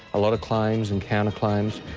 a lot of claims and counter-claims.